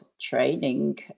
training